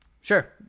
Sure